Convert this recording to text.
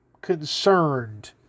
concerned